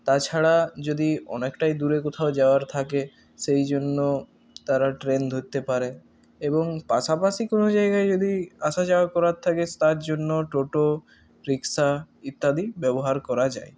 তা ছাড়া যদি অনেকটাই দূরে কোথাও যাওয়ার থাকে সেই জন্য তারা ট্রেন ধরতে পারে এবং পাশাপাশি কোনো জায়গায় যদি আসা যাওয়া করার থাকে তার জন্য টোটো রিক্সা ইত্যাদি ব্যবহার করা যায়